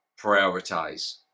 prioritize